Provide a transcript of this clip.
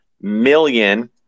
million